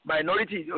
Minority